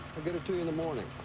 i'll get it to you in the morning.